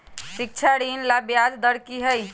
शिक्षा ऋण ला ब्याज दर कि हई?